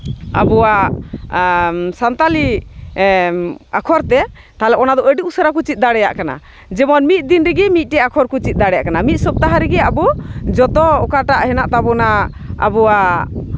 ᱟᱵᱚᱣᱟᱜ ᱥᱟᱱᱛᱟᱲᱤ ᱟᱠᱷᱚᱨ ᱛᱮ ᱛᱟᱦᱚᱞᱮ ᱚᱱᱟᱫᱚ ᱟᱹᱰᱤ ᱩᱥᱟᱹᱨᱟ ᱠᱚ ᱪᱮᱫ ᱫᱟᱲᱮᱭᱟᱜ ᱠᱟᱱᱟ ᱡᱮᱢᱚᱱ ᱢᱤᱫ ᱫᱤᱱ ᱨᱮᱜᱮ ᱢᱤᱫᱴᱮᱡ ᱟᱠᱷᱚᱨ ᱠᱚ ᱪᱮᱫ ᱫᱟᱲᱮᱭᱟᱜ ᱠᱟᱱᱟ ᱢᱤᱫ ᱥᱚᱯᱛᱟᱦᱚ ᱨᱮᱜᱮ ᱟᱵᱚ ᱡᱚᱛᱚ ᱚᱠᱟᱴᱟᱜ ᱦᱮᱱᱟᱜ ᱛᱟᱵᱳᱱᱟ ᱟᱵᱳᱣᱟᱜ